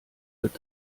wird